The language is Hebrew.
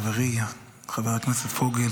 חברי חבר הכנסת פוגל,